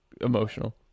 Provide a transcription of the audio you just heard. emotional